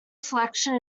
selection